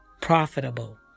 profitable